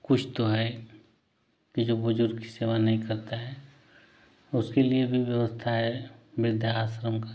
कुछ तो है कि जो बुज़ुर्ग की सेवा नहीं करते हैं उसके लिए भी व्यवस्था है वृद्धाश्रम का